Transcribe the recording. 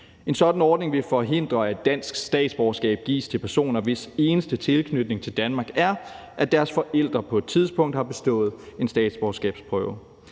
En sådan ordning vil forhindre, at dansk statsborgerskab gives til personer, hvis eneste tilknytning til Danmark er, at deres forældre på et tidspunkt har bestået en statsborgerskabsprøve.